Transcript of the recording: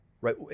right